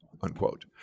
Unquote